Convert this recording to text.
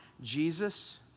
Jesus